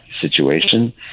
situation